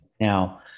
Now